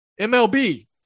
MLB